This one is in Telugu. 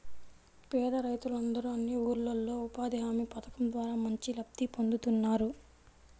పేద రైతులందరూ అన్ని ఊర్లల్లో ఉపాధి హామీ పథకం ద్వారా మంచి లబ్ధి పొందుతున్నారు